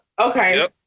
okay